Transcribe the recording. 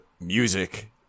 music